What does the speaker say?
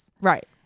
Right